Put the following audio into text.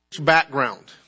background